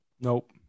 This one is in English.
Nope